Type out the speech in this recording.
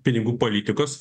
pinigų politikos